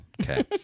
Okay